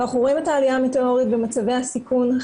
אנחנו רואים את העלייה המטאורית במצבי הסיכון.